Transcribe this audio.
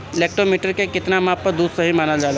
Lactometer के कितना माप पर दुध सही मानन जाला?